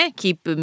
keep